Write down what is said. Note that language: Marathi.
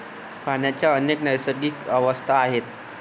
पाण्याच्या अनेक नैसर्गिक अवस्था आहेत